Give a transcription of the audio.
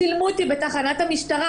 צילמו אותי בתחנת המשטרה,